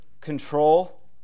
control